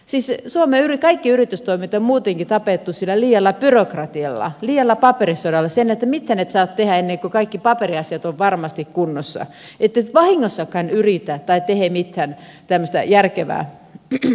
siis suomen kaikki yritystoiminta on muutenkin tapettu sillä liialla byrokratialla liialla paperisodalla sillä että mitään et saa tehdä ennen kuin kaikki paperiasiat ovat varmasti kunnossa ettet vahingossakaan yritä tai tee mitään tämmöistä järkevää omatoimista asiaa